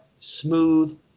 Smooth